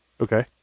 Okay